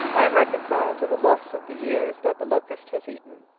i am reconciled to the loss of the years that the locust has eaten,